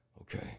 okay